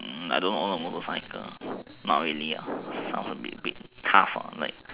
I don't want to a motorcycle not really sounds a bit weird cars are what I like